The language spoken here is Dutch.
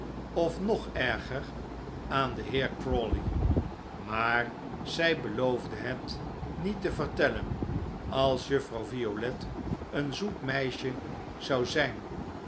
of nog erger aan den heer crawley maar zij beloofde het niet te vertellen als juffrouw violet een zoet meisje zou zijn